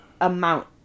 amount